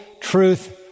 truth